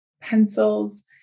pencils